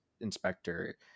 inspector